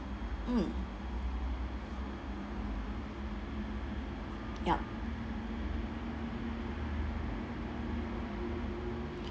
mm yup